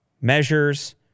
measures